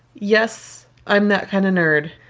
yes. i'm that kind of nerd.